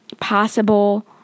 possible